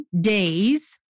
days